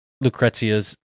Lucrezia's